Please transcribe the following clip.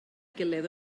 gilydd